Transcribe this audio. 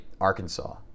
Arkansas